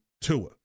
Tua